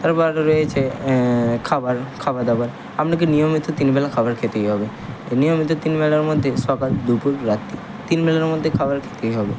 তারপর রয়েছে খাবার খাওয়া দাবার আপনাকে নিয়মিত তিনবেলা খাওয়ার খেতেই হবে নিয়মিত তিনবেলার মধ্যে সকাল দুপুর রাত্রি তিনবেলার মধ্যে খাবার খেতেই হবে